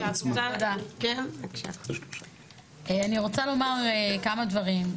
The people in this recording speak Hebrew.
אני רוצה לומר כמה דברים.